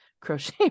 crochet